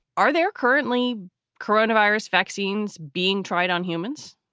are there currently coronavirus vaccines being tried on humans?